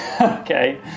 Okay